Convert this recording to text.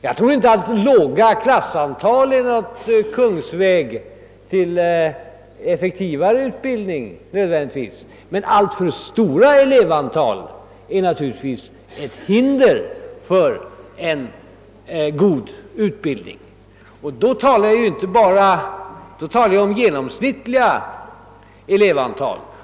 Jag tror inte att ett lågt elevantal i en klass nödvändigtvis är en kungsväg till effektivare utbildning, men ett alltför stort elevantal är givetvis ett hinder för en god utbildning. Jag talar här hela tiden om genomsnittliga elevantal.